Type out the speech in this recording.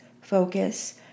focus